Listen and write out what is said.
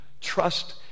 trust